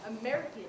American